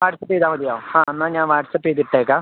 WhatsApp ചെയ്താല് മതിയോ ആ എന്നാല് ഞാന് വാട്സപ്പ് ചെയ്തിട്ടേക്കാം